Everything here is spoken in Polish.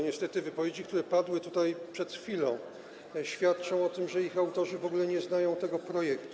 Niestety wypowiedzi, które padły tutaj przed chwilą, świadczą o tym, że ich autorzy w ogóle nie znają tego projektu.